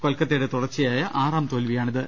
കൊൽക്കത്തയുടെ തുടർച്ചയായ ആറാം തോൽവിയാണിത്